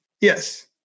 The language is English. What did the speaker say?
Yes